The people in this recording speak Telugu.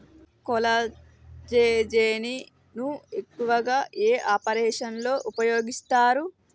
కొల్లాజెజేని ను ఎక్కువగా ఏ ఆపరేషన్లలో ఉపయోగిస్తారు?